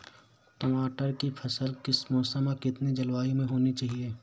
टमाटर की फसल किस मौसम व कितनी जलवायु में होनी चाहिए?